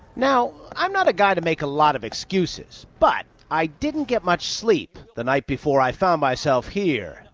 now, i'm not a guy to make a lot of excuses, but i didn't get much sleep the night before i found myself here,